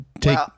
take